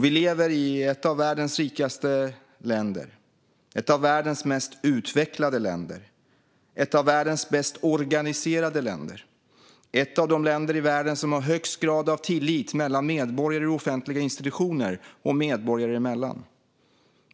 Vi lever i ett av världens rikaste länder, ett av världens mest utvecklade länder, ett av världens bäst organiserade länder, ett av de länder i världen som har högst grad av tillit mellan medborgare och offentliga institutioner och medborgare emellan.